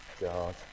God